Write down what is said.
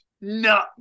No